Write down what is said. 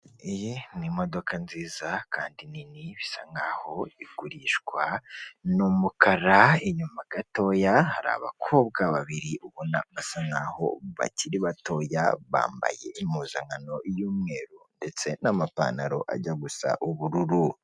Iyi ni imodoka nziza kandi nini bisa nk'aho igurishwa, ni umukara, inyuma gatoya hari abakobwa babiri ubona basa nk'aho bakiri batoya bambaye impuzankano y'umweru ndetse n'amapantaro ajya gusa ubururu.